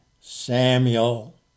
Samuel